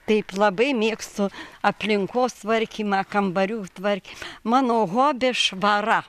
taip labai mėgstu aplinkos tvarkymą kambarių tvarkymą mano hobis švara